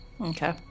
Okay